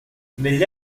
negli